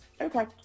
Okay